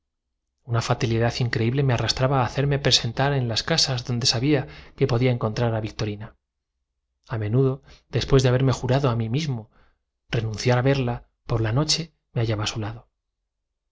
una fatalidad increíble me arrastraba a hacerme presentar dolores en las casas donde sabía que podía encontrar a victorina a menudo por lo que se ve padece grandementedijo un corredor de después de haberme jurado a mí mismo renunciar a verla por la no cultilocuente de